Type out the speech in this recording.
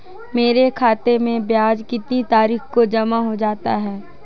मेरे खाते में ब्याज कितनी तारीख को जमा हो जाता है?